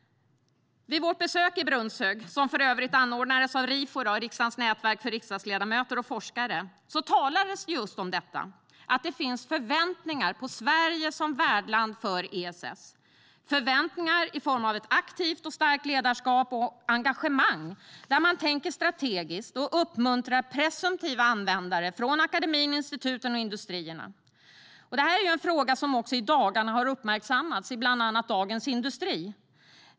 Vid vårt besök i Brunnshög, som för övrigt anordnades av Rifo, Riksdagens nätverk för riksdagsledamöter och forskare, talades det just om detta: att det finns förväntningar på Sverige som värdland för ESS, förväntningar i form av ett aktivt och starkt ledarskap och ett engagemang där man tänker strategiskt och uppmuntrar presumtiva användare från akademin, instituten och industrierna. Det här är ju en fråga som i dagarna också har uppmärksammats i bland annat Dagens industri.